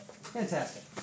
Fantastic